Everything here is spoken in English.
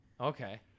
Okay